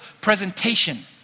presentation